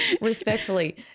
Respectfully